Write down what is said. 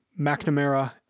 McNamara